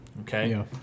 Okay